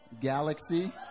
Galaxy